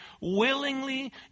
willingly